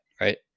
right